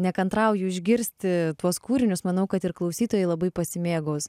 nekantrauju išgirsti tuos kūrinius manau kad ir klausytojai labai pasimėgaus